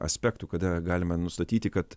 aspektų kada galime nustatyti kad